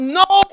no